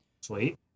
Sweet